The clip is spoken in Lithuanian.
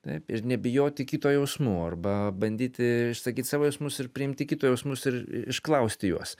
taip ir nebijoti kito jausmų arba bandyti išsakyt savo jausmus ir priimti kito jausmus ir išklausti juos